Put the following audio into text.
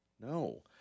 No